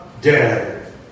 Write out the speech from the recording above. dead